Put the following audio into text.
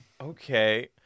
Okay